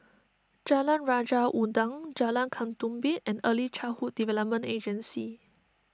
Jalan Raja Udang Jalan Ketumbit and Early Childhood Development Agency